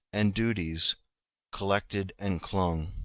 and duties collected and clung.